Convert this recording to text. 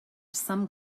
some